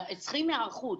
צריכים להיערכות.